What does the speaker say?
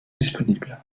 disponible